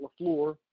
LaFleur